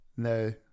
No